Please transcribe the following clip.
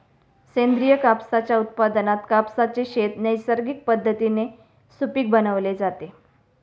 सेंद्रिय कापसाच्या उत्पादनात कापसाचे शेत नैसर्गिक पद्धतीने सुपीक बनवले जाते